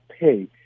pay